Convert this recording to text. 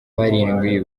barindwi